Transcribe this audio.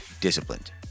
disciplined